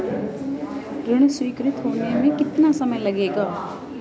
ऋण स्वीकृत होने में कितना समय लगेगा?